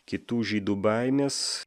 kitų žydų baimės